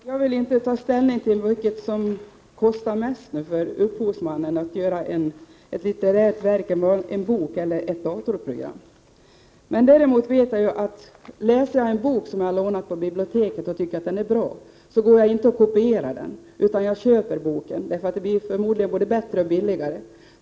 Herr talman! Jag vill inte ta ställning till vilket som kostar mest för en upphovsman, att göra ett litterärt verk, en bok, eller att göra ett datorprogram. Men däremot vet jag att om jag läser en bok som jag har lånat på biblioteket och tycker att den är bra, kopierar jag den inte, utan jag köper den, eftersom det förmodligen blir både bättre och billigare.